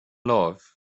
love